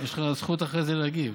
יש לך זכות אחרי זה להגיב.